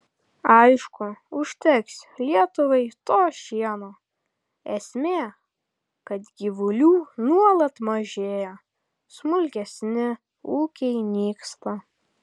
aišku užteks lietuvai to šieno esmė kad gyvulių nuolat mažėja smulkesni ūkiai nyksta